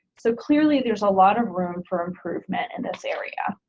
so clearly there's a lot of room for improvement in this area.